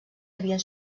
havien